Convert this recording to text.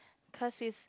cause is